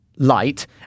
Light